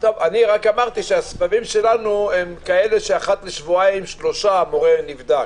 בסבבים שלנו אחת לשבועיים-שלושה המורה נבדק.